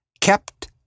kept